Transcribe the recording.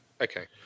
okay